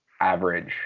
average